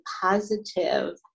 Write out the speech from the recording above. positive